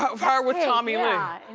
her with tommy lee? yeah and